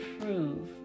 prove